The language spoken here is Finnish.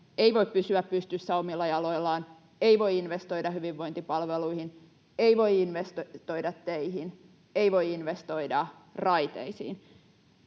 ei voi pysyä pystyssä omilla jaloillaan, ei voi investoida hyvinvointipalveluihin, ei voi investoida teihin, ei voi investoida raiteisiin.